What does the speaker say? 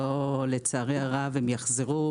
לצערי הרב, הן יחזרו.